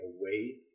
away